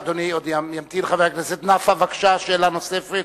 חבר הכנסת נפאע, שאלה נוספת,